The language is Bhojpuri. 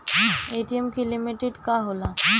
ए.टी.एम की लिमिट का होला?